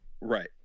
Right